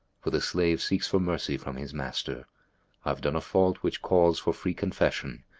for the slave seeks for mercy from his master i've done a fault, which calls for free confession,